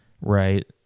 Right